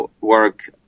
work